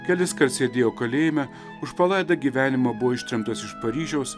kelis kart sėdėjo kalėjime už palaidą gyvenimą buvo ištremtos iš paryžiaus